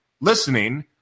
listening